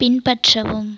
பின்பற்றவும்